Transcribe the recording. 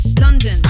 London